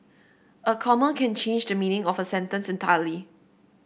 a comma can change the meaning of a sentence entirely